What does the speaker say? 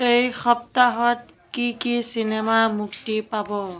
এই সপ্তাহত কি কি চিনেমা মুক্তি পাব